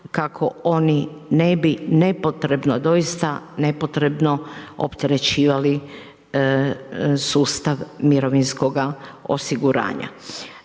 kako oni ne bi nepotrebno, doista nepotrebno opterećivali sustav mirovinskoga osiguranja.